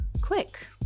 quick